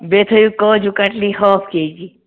بیٚیہِ تھٲوِو kaju katli half K جی